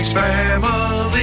family